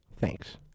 Thanks